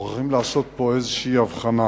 מוכרחים לעשות פה איזו הבחנה.